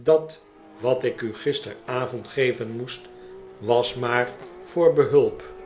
dat wat ik u gisteravond geven moest was maar voor behulp